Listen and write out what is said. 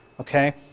Okay